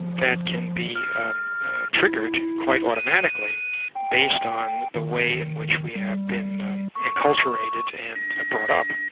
that can be triggered quite automatically based on the way in which we have been aculturated and brought up.